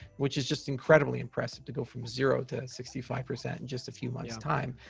which is just incredibly impressive to go from zero to and sixty five percent in just a few months' time.